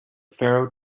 pharaoh